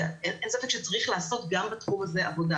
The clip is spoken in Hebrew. ואין ספק שצריך לעשות גם בתחום הזה עבודה.